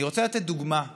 אני רוצה לתת דוגמה,